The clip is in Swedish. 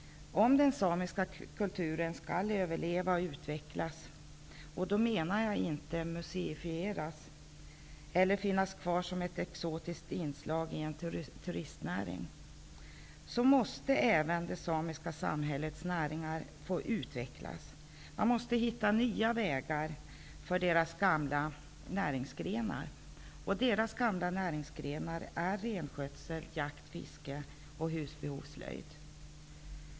Om den samiska kulturen skall överleva och utvecklas - och då menar jag inte museifieras eller finnas kvar som ett exotiskt inslag i turistnäringen -- måste även det samiska samhällets näringar få utvecklas. Man måste hitta nya vägar för samernas gamla näringsgrenar, och deras gamla näringsgrenar är renskötsel, jakt, fiske och husbehovsslöjd.